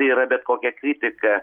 yra bet kokia kritika